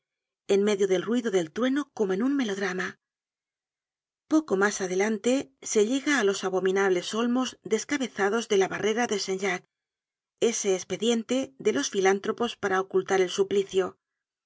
en medio del ruido del trueno como en un melodrama poco mas adelante se llega á los abominables olmos descabezados de la barrera de saint jacques ese espediente de los filántropos para ocultar el suplicio